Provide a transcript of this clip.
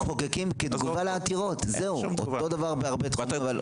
אותו דבר בהרבה תחומים.